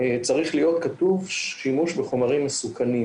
צריך להיות כתוב 'שימוש בחומרים מסוכנים'